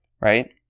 right